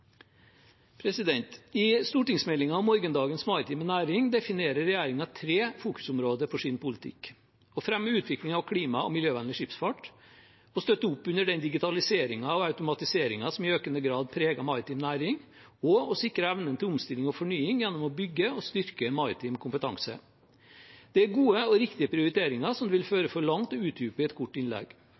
I stortingsmeldingen om morgendagens maritime næring definerer regjeringen tre fokusområder for sin politikk: å fremme utvikling av klima- og miljøvennlig skipsfart, å støtte opp under den digitaliseringen og automatiseringen som i økende grad preger maritim næring, og å sikre evnen til omstilling og fornying gjennom å bygge og styrke maritim kompetanse. Det er gode og riktige prioriteringer som vil føre for langt å utdype i et kort innlegg.